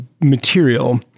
material